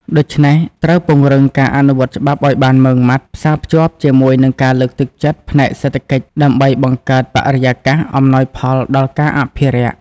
ដូច្នេះ ត្រូវពង្រឹងការអនុវត្តច្បាប់ឱ្យបានម៉ឺងម៉ាត់ ផ្សារភ្ជាប់ជាមួយនឹងការលើកទឹកចិត្តផ្នែកសេដ្ឋកិច្ចដើម្បីបង្កើតបរិយាកាសអំណោយផលដល់ការអភិរក្ស។